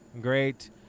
great